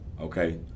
okay